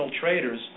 traders